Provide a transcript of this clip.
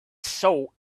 saw